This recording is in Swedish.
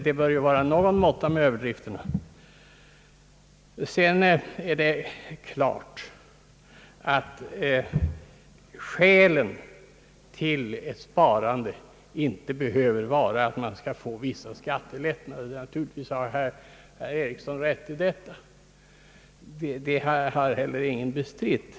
Det bör vara någon måtta med överdrifterna! Sedan är det klart, att skälen till ett sparande inte behöver vara att man skall få vissa skattelättnader; naturligtvis har herr Einar Eriksson rätt i detta. Det har heller ingen bestritt.